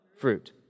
Fruit